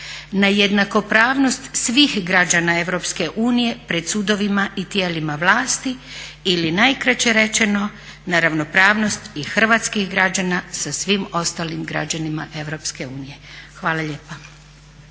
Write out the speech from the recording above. na jednakopravnost svih građana EU pred sudovima i tijelima vlasti ili najkraće rečeno na ravnopravnost i hrvatskih građana sa svim ostalim građanima EU. Hvala lijepa.